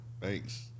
Thanks